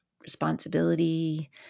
responsibility